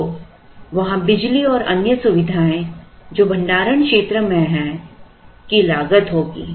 तो वहाँ बिजली और अन्य सुविधाएं जो भंडारण क्षेत्र में है की लागत होगी